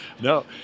No